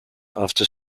after